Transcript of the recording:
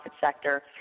sector